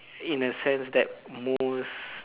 in a sense that most